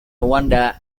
wonder